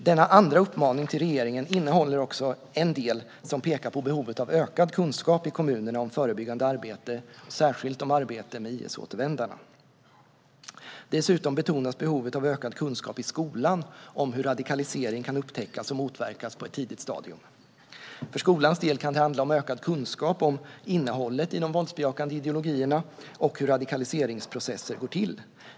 Denna andra uppmaning till regeringen innehåller också en del som pekar på behovet av ökad kunskap i kommunerna om förebyggande arbete, särskilt om arbete med IS-återvändare. Dessutom betonas behovet av ökad kunskap i skolan om hur radikalisering kan upptäckas och motverkas på ett tidigt stadium. För skolans del kan det handla om ökad kunskap om innehållet i de våldsbejakande ideologierna och om hur radikaliseringsprocesser går till.